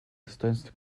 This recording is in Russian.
достоинстве